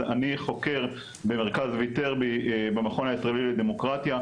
אז אני חוקר במרכז ויטרבי במכון הישראלי לדמוקרטיה,